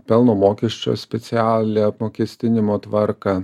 pelno mokesčio specialią apmokestinimo tvarką